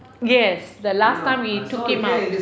yes the last time we took him out